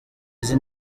izi